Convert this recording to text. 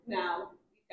now